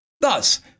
Thus